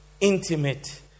intimate